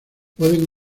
pueden